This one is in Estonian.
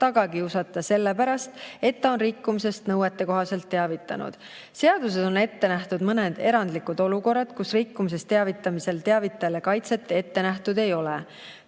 taga kiusata sellepärast, et ta on rikkumisest nõuetekohaselt teavitanud. Seaduses on ette nähtud mõned erandlikud olukorrad, kus rikkumisest teavitamisel teavitajale kaitset ette nähtud ei ole.